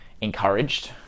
encouraged